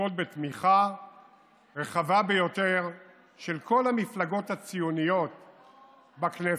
לזכות בתמיכה רחבה ביותר של כל המפלגות הציוניות בכנסת.